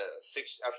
six